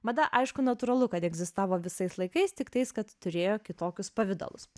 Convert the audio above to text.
mada aišku natūralu kad egzistavo visais laikais tiktais kad turėjo kitokius pavidalus